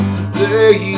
Today